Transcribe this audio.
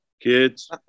Kids